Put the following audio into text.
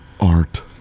art